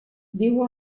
viu